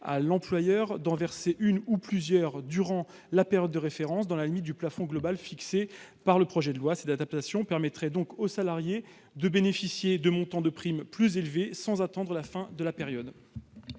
à l'employeur de verser une ou plusieurs primes durant la période de référence, dans la limite du plafond global fixé par le projet de loi. Cette adaptation permettrait aux salariés de bénéficier de primes plus élevées sans attendre la fin de la période.